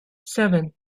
seven